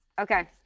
Okay